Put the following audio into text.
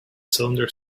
cylinder